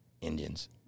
Indians